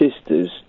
sisters